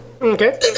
Okay